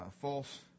false